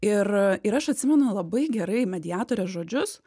ir ir aš atsimenu labai gerai mediatorės žodžius